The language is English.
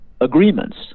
agreements